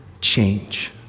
change